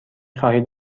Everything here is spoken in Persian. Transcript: خواهید